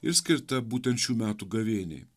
ir skirta būtent šių metų gavėniai